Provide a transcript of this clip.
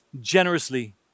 generously